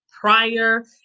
prior